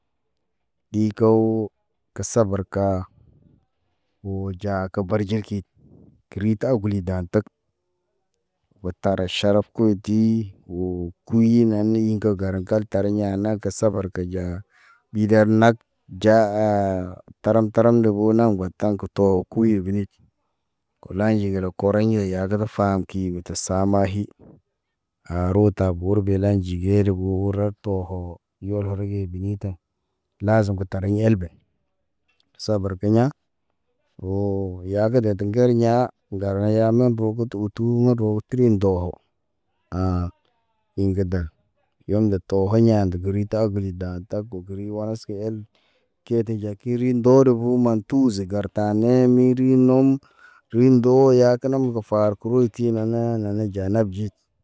Ɗi kew ke sabar ka oo ja ke barjel ki kri tag guli da̰ tag. O tare ʃalef koo dii, o kuɲi nane ḭ ke garaŋ kar ya̰ nake sabar ke ja. Ɓi dal nak ja aa, taram taram de o na ŋgo taŋ ge tɔ kuyo biniti. Olanji kɔrɔɲi ya de fam ki te sama hi. A rota bor ge lanji gee de buu red tohɔ ɲɔl ke rɔge bini ta, lazem ge tar helbe. Sabar ke ya̰, oo ya ge de te ŋger ya̰, ŋgar o ya me ro gutu utu marwayd tri ndowaw, ha̰. Ḭ ge da, yoŋ te, tɔ ge ya̰ de gri tag gli da̰ tag, gogri waske el. Kete ja kiri ndo re u mant, tu ze gar ta ne miri nɔm, ri ndo ya ke nɔm ke farko. Kro ti nana nana ja nabjid.